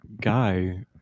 guy